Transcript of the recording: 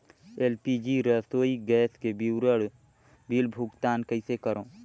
LPG रसोई gas के विवरण बिल भुगतान कइसे करों?